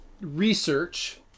research